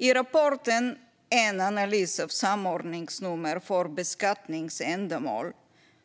I rapporten En analys av samordningsnummer för beskattningsändamål